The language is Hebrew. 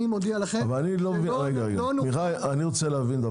אני מודיע לכם שלא נוכל --- אני רוצה להבין,